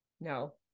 no